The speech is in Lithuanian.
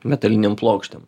metalinėm plokštėm